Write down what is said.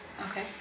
Okay